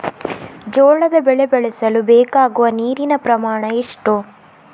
ಜೋಳದ ಬೆಳೆ ಬೆಳೆಸಲು ಬೇಕಾಗುವ ನೀರಿನ ಪ್ರಮಾಣ ಎಷ್ಟು?